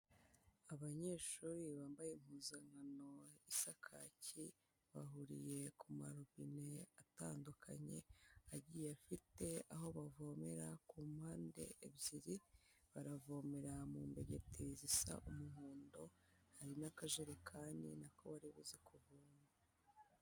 Abanyeshuri bambaye impuzankano isa kaki bahuriye ku marobine atandukanye agiye afite aho bavomera, ku mpande ebyiri baravomera mu mbegeti zisa umuhondo hari n'akajerekani nako baribuze kuvomeramo.